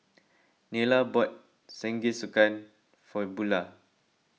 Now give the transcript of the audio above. Nila bought Jingisukan for Bula